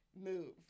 move